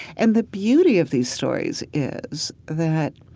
and the beauty of these stories is that,